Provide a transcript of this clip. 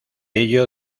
ello